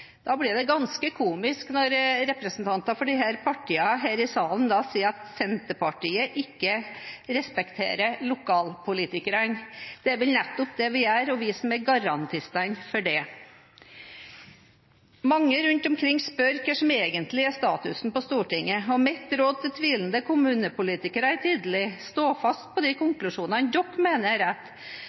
Da blir det ganske komisk når representanter for disse partiene her i salen sier at Senterpartiet ikke respekterer lokalpolitikerne. Det er vel nettopp det vi gjør, og det er vi som er garantistene for det. Mange rundt omkring spør seg hva som egentlig er statusen på Stortinget. Mitt råd til tvilende kommunepolitikere er tydelig: Stå fast på de konklusjoner dere mener er rett,